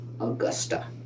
Augusta